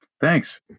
Thanks